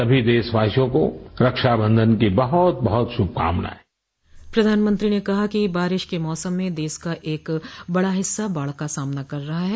सभी देशवासियों को रक्षाबंधन की बहुत बहुत शुभकामनाएं प्रधानमंत्री ने कहा कि बारिश के मौसम में देश का एक बड़ा हिस्सा बाढ़ का सामना कर रहा है